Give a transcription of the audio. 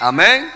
Amen